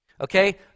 Okay